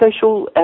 social